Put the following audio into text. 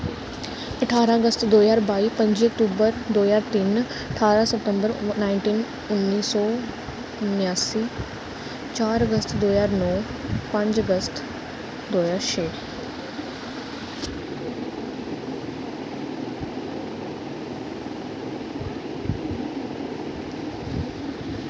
अठारां अगस्त दो ज्हार बाई पंजी अक्टूबर दो ज्हार तिन्न ठारां सितम्बर नाइनटीन उन्नी सौ न्यासी चार अगस्त दो ज्हार नौ पंज अगस्त दो ज्हार छे